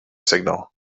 signal